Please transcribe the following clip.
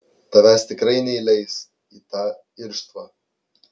tavęs tikrai neįleis į tą irštvą